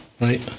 right